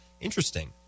interesting